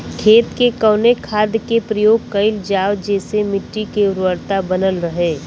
खेत में कवने खाद्य के प्रयोग कइल जाव जेसे मिट्टी के उर्वरता बनल रहे?